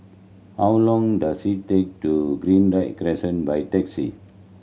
how long does it take to Greenridge Crescent by taxi